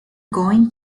going